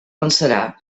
pensarà